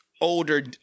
older